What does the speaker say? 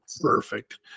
perfect